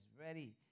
ready